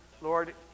Lord